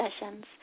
sessions